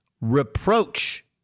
reproach